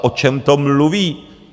O čem to mluví?